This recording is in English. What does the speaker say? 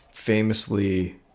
famously